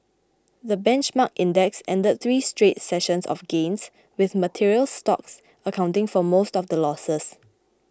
the benchmark index ended three straight sessions of gains with materials stocks accounting for most of the losses